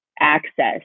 access